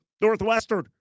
Northwestern